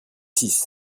six